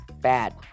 bad